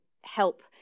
help